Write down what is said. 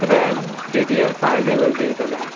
RAM D D F five level जी विधल आहे